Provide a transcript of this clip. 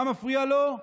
מה מפריע לו?